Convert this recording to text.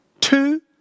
Two